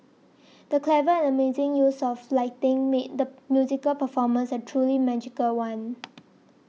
the clever and amazing use of lighting made the musical performance a truly magical one